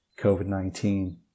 COVID-19